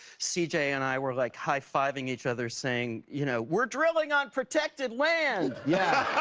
c j. and i were like high fiving each other saying you know we're drilling on protected land! yeah